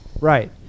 Right